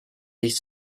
dich